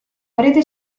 parete